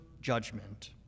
judgment